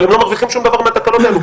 אבל הם לא מרוויחים שום דבר מהתקלות האלה,